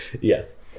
Yes